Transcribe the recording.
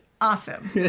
awesome